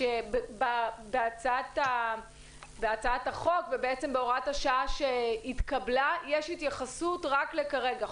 שבהצעת החוק ובהוראת השעה שהתקבלה יש התייחסות רק לכרגע.